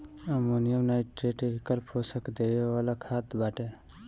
ammonium nitrogen एकल पोषण देवे वाला खाद बाटे